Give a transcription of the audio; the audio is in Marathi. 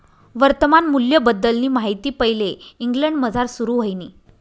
वर्तमान मूल्यबद्दलनी माहिती पैले इंग्लंडमझार सुरू व्हयनी